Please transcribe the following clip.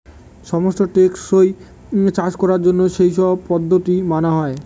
সমস্ত টেকসই চাষ করার জন্য সেই সব পদ্ধতি মানা হয়